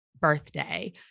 birthday